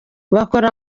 bakora